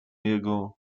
jego